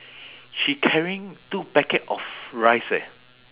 she carrying two packet of rice eh